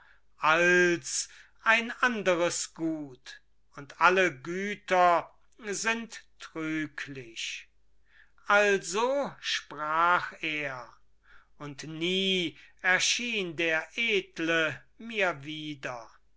als ein anderes gut und alle güter sind trüglich also sprach er und nie erschien der edle mir wieder